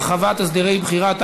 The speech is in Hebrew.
הרחבת הסדרי בחירה),